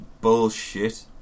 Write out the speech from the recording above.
Bullshit